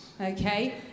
okay